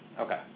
Okay